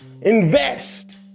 invest